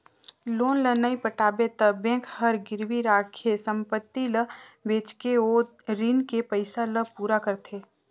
loan ल नइ पटाबे त बेंक हर गिरवी राखे संपति ल बेचके ओ रीन के पइसा ल पूरा करथे